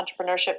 entrepreneurship